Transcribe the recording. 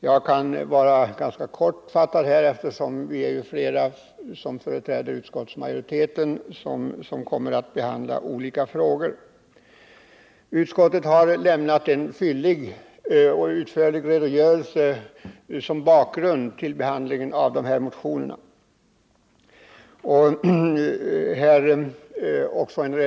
Jag kan vara ganska kortfattad här, eftersom flera företrädare för utskottsmajoriteten kommer att behandla dessa frågor. Utskottet har lämnat en fyllig och utförlig redogörelse som bakgrund till behandlingen av de här motionerna.